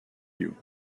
you